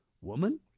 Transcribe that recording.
woman